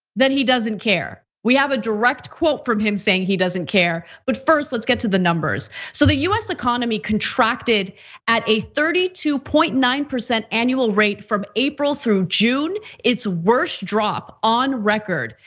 that he doesn't care. we have a direct quote from him saying he doesn't care, but first, let's get to the numbers. so the us economy contracted at a thirty two point nine annual rate from april through june, its worse drop on record,